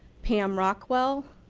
pam rockwell,